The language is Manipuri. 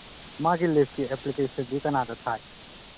ꯃꯥꯒꯤ ꯂꯤꯞꯀꯤ ꯑꯦꯄ꯭ꯂꯤꯀꯦꯁꯟꯗꯤ ꯀꯅꯥꯗ ꯊꯥꯏ